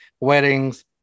weddings